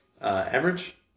Average